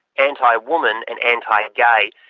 anti-woman and anti-gay.